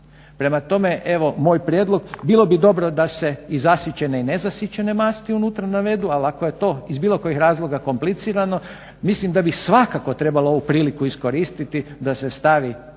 Prema tome evo moj prijedlog, bilo bi dobro da se i zasićene i nezasićene masti unutra navedu, ali ako je to iz bilo kojeg razloga komplicirano mislim da bi svakako trebalo ovu priliku iskoristiti da se stavi